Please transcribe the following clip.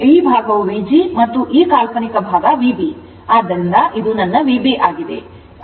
ಆದ್ದರಿಂದ ಈ ಭಾಗವು Vg ಮತ್ತು ಇದು ನನ್ನ ಕಾಲ್ಪನಿಕ ಭಾಗ Vb ಆದ್ದರಿಂದ ಇದು ನನ್ನ Vb